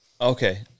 Okay